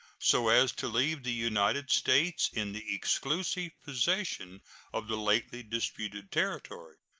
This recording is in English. so as to leave the united states in the exclusive possession of the lately disputed territory.